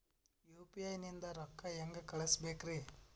UPI ನಿಂದ ರೊಕ್ಕ ಹೆಂಗ ಕಳಸಬೇಕ್ರಿ?